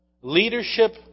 Leadership